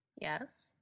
Yes